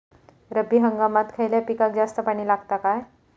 रब्बी हंगामात खयल्या पिकाक जास्त पाणी लागता काय?